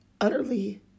utterly